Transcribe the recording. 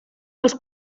els